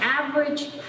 average